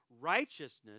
Righteousness